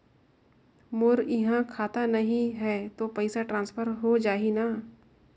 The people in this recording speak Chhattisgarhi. मोर इहां खाता नहीं है तो पइसा ट्रांसफर हो जाही न?